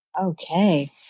okay